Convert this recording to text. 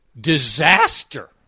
disaster